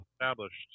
established